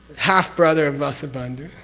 half-brother of vasubhandhu,